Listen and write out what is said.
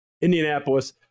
Indianapolis